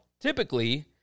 typically